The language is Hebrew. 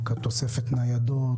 תוספת ניידות?